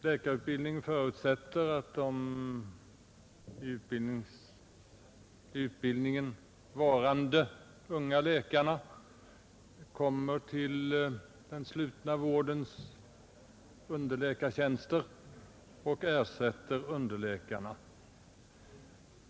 Läkarutbildningen förutsätter att de i utbildningen varande unga läkarna kommer till den slutna vårdens underläkartjänster och ersätter underläkarna.